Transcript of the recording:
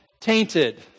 tainted